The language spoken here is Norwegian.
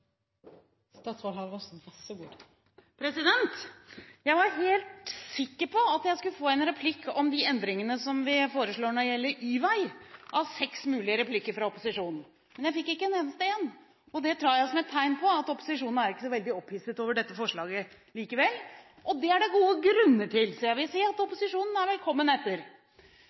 var helt sikker på at jeg skulle få en replikk – av seks mulige replikker fra opposisjonen – om de endringene vi foreslår når det gjelder Y-vei, men jeg fikk ikke en eneste en. Det tar jeg som et tegn på at opposisjonen ikke er så veldig opphisset over dette forslaget likevel. Det er det gode grunner til, så jeg vil si at opposisjonen er velkommen etter.